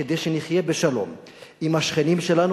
כדי שנחיה בשלום עם השכנים שלנו,